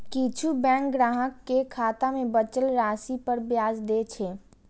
किछु बैंक ग्राहक कें खाता मे बचल राशि पर ब्याज दै छै